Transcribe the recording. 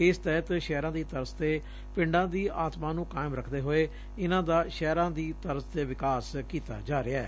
ਇਸ ਤਹਿਤ ਸ਼ਹਿਰਾਂ ਦੀ ਤਰਜ਼ ਤੇ ਪਿੰਡਾਂ ਦੀ ਆਤਮਾ ਨੂੰ ਕਾਇਮ ਰਖਦੇ ਹੋਏ ਇਨੂਾਂ ਦਾ ਸ਼ਹਿਰਾਂ ਦੀ ਤਰਜ਼ ਤੇ ਵਿਕਾਸ ਕੀਤਾ ਜਾ ਰਿਹੈ